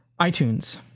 iTunes